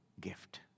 gift